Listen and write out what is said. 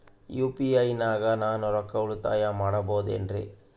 UPI ನಾಗ ನಾನು ರೊಕ್ಕ ಉಳಿತಾಯ ಮಾಡಬಹುದೇನ್ರಿ?